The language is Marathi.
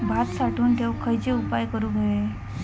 भात साठवून ठेवूक खयचे उपाय करूक व्हये?